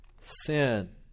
sin